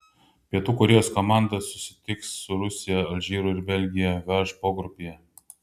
pietų korėjos komanda susitiks su rusija alžyru ir belgija h pogrupyje